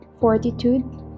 fortitude